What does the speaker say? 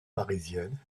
parisienne